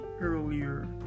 earlier